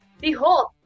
Behold